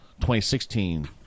2016